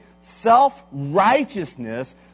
Self-righteousness